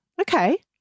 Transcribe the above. Okay